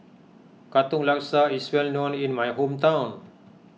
Katong Laksa is well known in my hometown